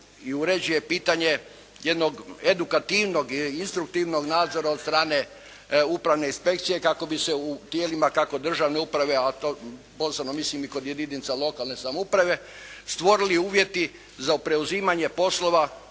i uređuje pitanje jednog edukativnog, instruktivnog nadzora od strane upravne inspekcije kako bi se u tijelima kako državne uprave, a to posebno mislim i kod jedinica lokalne samouprave, stvorili uvjeti za preuzimanje poslova,